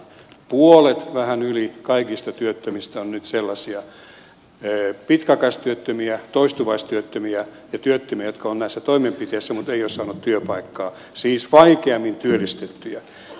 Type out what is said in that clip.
puolet vähän yli kaikista työttömistä on nyt sellaisia pitkäaikaistyöttömiä toistuvaistyöttömiä ja työttömiä jotka ovat näissä toimenpiteissä mutta eivät ole saaneet työpaikkaa siis vaikeammin työllistettäviä